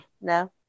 no